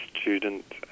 student